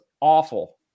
awful